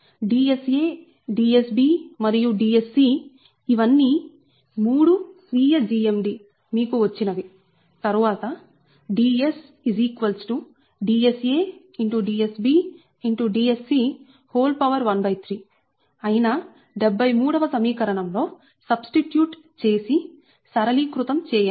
Dsa Dsb మరియు Dsc ఇవన్నీ 3 స్వీయ GMD మీకు వచ్చినవి తరువాత DsDsaDsbDsc13 అయిన 73 వ సమీకరణం లో సబ్స్టిట్యూట్ substitute బదులు చేసి సరళీకృతం చేయండి